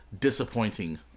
disappointing